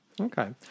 Okay